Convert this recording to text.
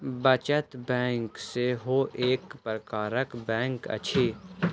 बचत बैंक सेहो एक प्रकारक बैंक अछि